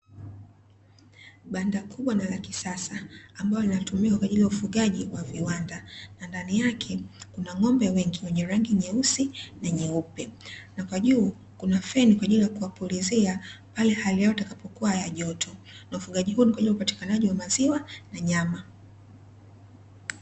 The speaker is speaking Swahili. Banda kubwa na la kisasa ambalo linatumika kwa ajili ya ufugaji wa viwanda na ndani yake kuna ng'ombe wengi wenye rangi nyeusi na nyeupe, na kwa juu kuna feni kwa ajili ya kuwapulizia pale hali yao itakapokuwa ya joto na ufugaji huu ni kwa ajili ya upatikanaji wa maziwa na nyama.